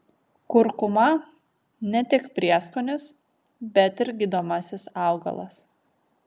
kurkuma ne tik prieskonis bet ir gydomasis augalas